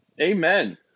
Amen